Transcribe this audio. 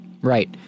Right